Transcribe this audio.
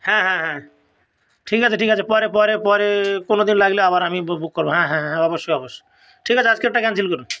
হ্যাঁ হ্যাঁ হ্যাঁ ঠিক আছে ঠিক আছে পরে পরে পরে কোনো দিন লাগলে আবার আমি বুক করব হ্যাঁ হ্যাঁ হ্যাঁ অবশ্যই অবশ্যই ঠিক আছে আজকেরটা ক্যানসেল করুন